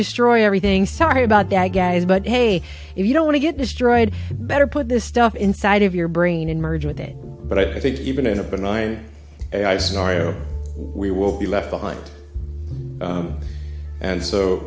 destroy everything sorry about that but hey if you don't want to get destroyed better put this stuff inside of your brain and merge with it but i think even in a benign we will be left behind and so